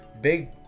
big